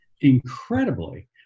incredibly